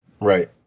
Right